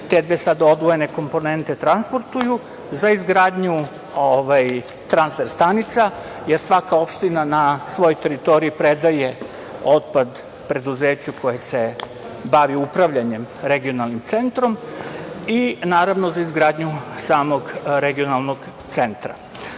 te dve sada odvojene komponente transportuju za izgradnju transfer stanica, jer svaka opština na svojoj teritoriji predaje otpad preduzeću koje se bavi upravljanjem regionalnim centrom i za izgradnju samog regionalnog centra.